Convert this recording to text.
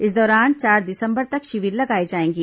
इस दौरान चार दिसंबर तक शिविर लगाए जाएंगे